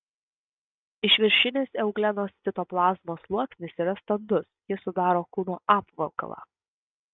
išviršinis euglenos citoplazmos sluoksnis yra standus jis sudaro kūno apvalkalą